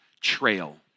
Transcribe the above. trail